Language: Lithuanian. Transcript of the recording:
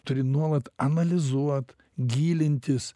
turi nuolat analizuot gilintis